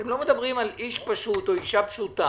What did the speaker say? אתם לא מדברים על איש פשוט או על אישה פשוטה